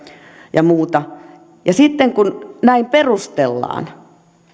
ja muuta ja sitten kun näin perustellaan